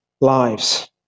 lives